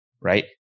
right